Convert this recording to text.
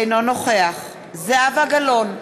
אינו נוכח זהבה גלאון,